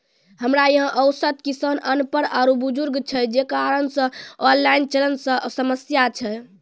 हमरा यहाँ औसत किसान अनपढ़ आरु बुजुर्ग छै जे कारण से ऑनलाइन चलन मे समस्या छै?